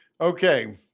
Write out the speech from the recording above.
Okay